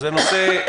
לא.